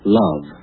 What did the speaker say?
love